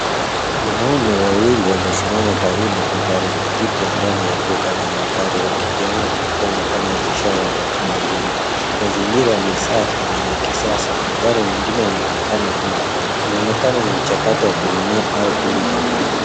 Wanaume wawili wamesimama karibu na gari jipya ndani ya duka la magari wakipeana mikono kama ishara ya makubaliano. Mazingira ni safi na ya kisasa. Magari mengine yanaonekana nyuma. Inaonekana ni mchakato wa kununua au kuuza gari.